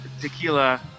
tequila